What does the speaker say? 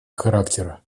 характера